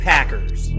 Packers